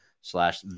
slash